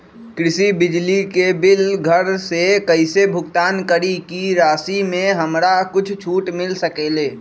कृषि बिजली के बिल घर से कईसे भुगतान करी की राशि मे हमरा कुछ छूट मिल सकेले?